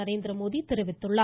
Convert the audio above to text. நரேந்திரமோடி தெரிவித்துள்ளார்